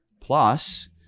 plus